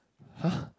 !huh!